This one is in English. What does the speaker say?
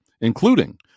including